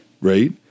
right